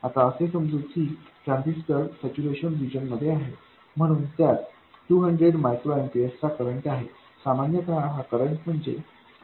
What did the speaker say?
आता असे समजू की ट्रान्झिस्टर सैच्यूरेशन रिजन मध्ये आहे म्हणून त्यात 200 मायक्रो ऐम्पीअर्स चा करंट आहे सामान्यत हा करंट म्हणजे ID0आहे